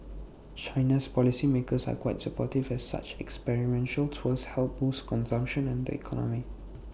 China's policy makers are quite supportive as such experiential tours help boost consumption and the economy